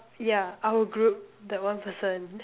yeah our group that one person